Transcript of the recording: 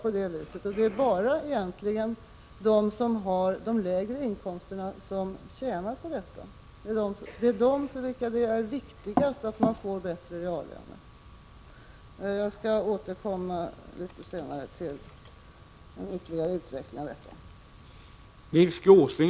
Egentligen tjänar de som har de lägre inkomsterna mest på detta. För dem är det viktigast att få bättre reallöner. Jag skall återkomma litet senare med en ytterligare utveckling av detta.